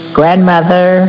grandmother